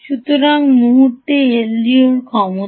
সুতরাং মুহুর্তে এলডিওর ক্ষমতা